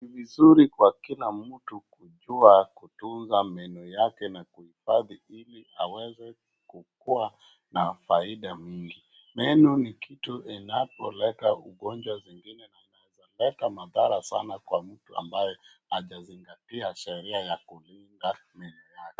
Ni vizuri kwa kila mtu kujua kutunza meno yake na kuihifadhi ili aweze kuwa na faida mingi. Meno ni kitu inapoleta ugonjwa zingine na inaweza leta madhara sana kwa mtu ambaye hajazingatia sheria ya kulinda meno yake.